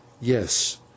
Yes